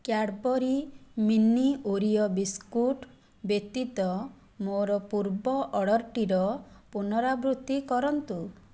Cadbury mini Oreo biscuit ବ୍ୟତୀତ ମୋର ପୂର୍ବ ଅର୍ଡ଼ର୍ଟିର ପୁନରାବୃତ୍ତି କରନ୍ତୁ